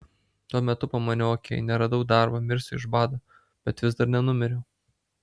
tuo metu pamaniau ok neradau darbo mirsiu iš bado bet vis dar nenumiriau